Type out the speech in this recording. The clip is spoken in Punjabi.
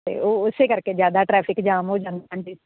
ਤੇ ਉਹ ਉਸੇ ਕਰਕੇ ਜਿਆਦਾ ਟਰੈਫਿਕ ਜਾਮ ਹੋ ਜਾਂਦਾ ਹਾਜੀ